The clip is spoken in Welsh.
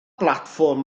blatfform